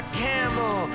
camel